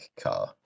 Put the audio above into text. car